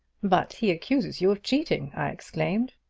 but he accuses you of cheating! i exclaimed.